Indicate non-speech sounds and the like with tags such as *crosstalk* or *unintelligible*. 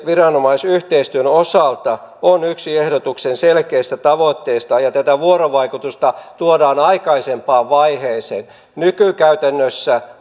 viranomaisyhteistyön osalta on yksi ehdotuksen selkeistä tavoitteista ja tätä vuorovaikutusta tuodaan aikaisempaan vaiheeseen nykykäytännössä *unintelligible*